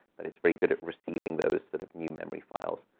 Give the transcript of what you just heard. but it's very good at receiving those sort of new memory files.